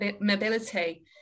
mobility